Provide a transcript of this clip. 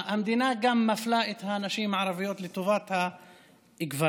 המדינה גם מפלה את הנשים הערביות לטובת הגברים.